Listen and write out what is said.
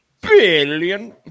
billion